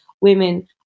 women